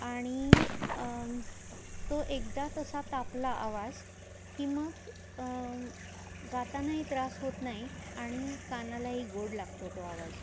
आणि तो एकदा तसा तापला आवाज की मग गातानाही त्रास होत नाही आणि कानालाही गोड लागतो तो आवाज